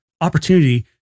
opportunity